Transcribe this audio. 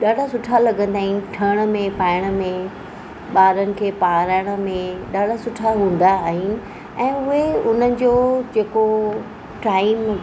ॾाढा सुठा लॻंदा आहिनि ठहण में पाइण में ॿारनि खे पाराइण में ॾाढा सुठा हूंदा आहिनि ऐं उहे उनजो जेको टाइम